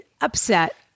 upset